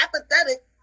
apathetic